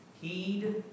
Heed